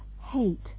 hate